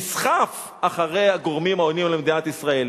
נסחף אחרי הגורמים העוינים למדינת ישראל.